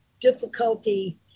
difficulty